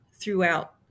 throughout